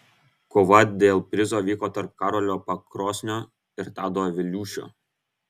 kova dėl prizo vyko tarp karolio pakrosnio ir tado viliūšio